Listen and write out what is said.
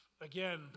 Again